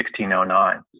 1609